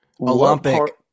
Olympic